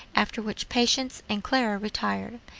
after which patience and clara retired.